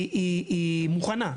היא מוכנה,